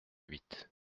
huit